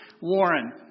Warren